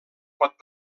pot